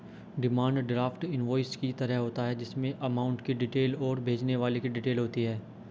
demand draft invoice की तरह होता है जिसमे अमाउंट की डिटेल और भेजने वाले की डिटेल होती है